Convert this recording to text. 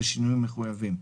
בשינויים מחויבים.